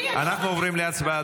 אני --- אנחנו עוברים להצבעה.